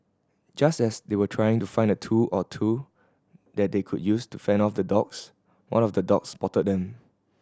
just as they were trying to find a tool or two that they could use to fend off the dogs one of the dogs spotted them